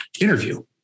interview